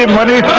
and muddy